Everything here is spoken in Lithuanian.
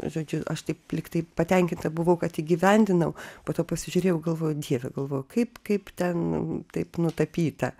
žodžiu aš taip lygtai patenkinta buvau kad įgyvendinau po to pasižiūrėjau galvoju dieve galvoju kaip kaip ten taip nutapyta